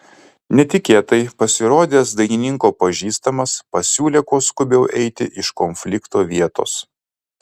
netikėtai pasirodęs dainininko pažįstamas pasiūlė kuo skubiau eiti iš konflikto vietos